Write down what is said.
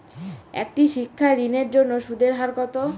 একটি শিক্ষা ঋণের জন্য সুদের হার কত?